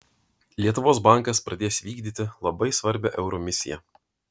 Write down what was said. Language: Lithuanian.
lietuvos bankas pradės vykdyti labai svarbią euro misiją